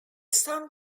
song